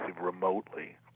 remotely